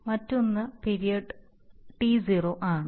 മറ്റൊന്ന് period to ആണ്